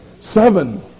seven